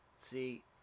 see